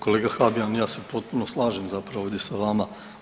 Kolega Habijan ja se potpuno slažem zapravo ovdje sa vama.